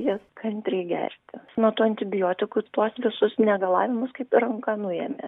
jas kantriai gerti nuo tų antibiotiku tuos visus negalavimus kaip ranka nuėmė